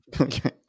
Okay